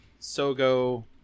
Sogo